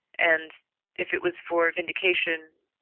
and if it was for vindication,